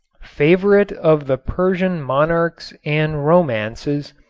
favorite of the persian monarchs and romances,